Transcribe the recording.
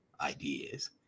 ideas